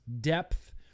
depth